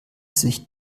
sich